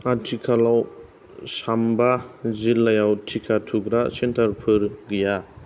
आथिखालाव चाम्बा जिल्लायाव टिका थुग्रा सेन्टारफोर गैया